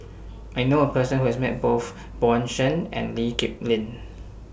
I knew A Person Who has Met Both Bjorn Shen and Lee Kip Lin